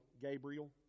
Gabriel